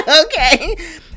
okay